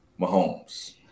Mahomes